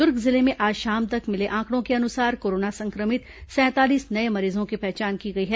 दुर्ग जिले में आज शाम तक मिले आंकड़ों के अनुसार कोरोना संक्रमित सैंतालीस नये मरीजों की पहचान की गई है